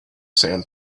sand